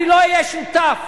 אני לא אהיה שותף